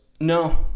no